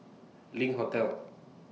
LINK Hotel